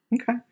Okay